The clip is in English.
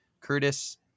Curtis